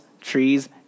trees